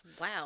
Wow